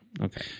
okay